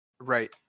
Right